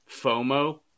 FOMO